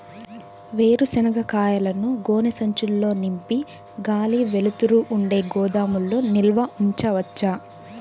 వేరుశనగ కాయలను గోనె సంచుల్లో నింపి గాలి, వెలుతురు ఉండే గోదాముల్లో నిల్వ ఉంచవచ్చా?